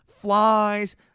Flies